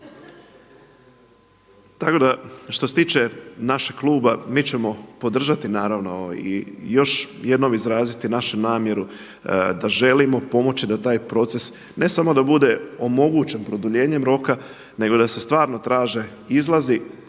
Tako da što se tiče našeg kluba mi ćemo podržati naravno i još jednom izraziti našu namjeru da želimo pomoći da taj proces ne samo da bude omogućen produljenjem roka nego da se stvarno traže izlazi